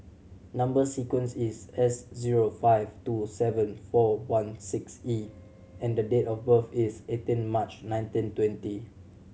number sequence is S zero five two seven four one six E and the date of birth is eighteen March nineteen twenty